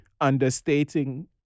understating